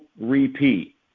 repeat